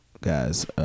guys